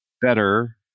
better